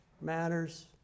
matters